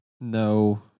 no